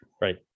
right